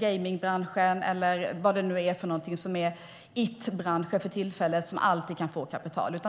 gamingbranschen, eller vad det nu är nu är för bransch som är "it" för tillfället och som alltid kan få kapital.